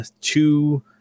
two